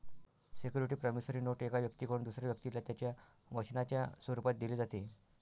security promissory note एका व्यक्तीकडून दुसऱ्या व्यक्तीला त्याच्या वचनाच्या स्वरूपात दिली जाते